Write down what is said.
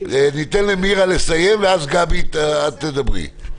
ניתן למירה לסיים, ואז, גבי, את תדברי.